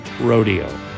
rodeo